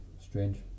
strange